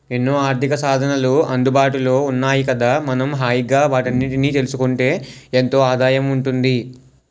ఎన్నో ఆర్థికసాధనాలు అందుబాటులో ఉన్నాయి కదా మనం హాయిగా వాటన్నిటినీ తెలుసుకుంటే ఎంతో ఆదాయం ఉంటుంది